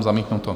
Zamítnuto.